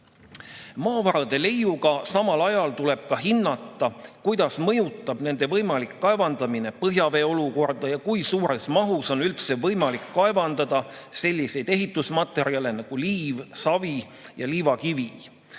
"Maavarade leiuga samal ajal tuleb ka hinnata, kuidas mõjutab nende võimalik kaevandamine põhjavee olukorda ja kui suures mahus on üldse võimalik kaevandada selliseid ehitusmaterjale nagu liiv, savi ja liivakivi.